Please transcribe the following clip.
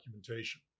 documentation